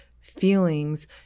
feelings